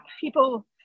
people